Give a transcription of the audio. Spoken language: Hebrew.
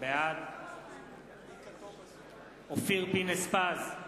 בעד אופיר פינס-פז,